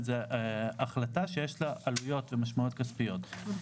מדובר בהחלטה שיש לה עלויות ומשמעיויות כספיות.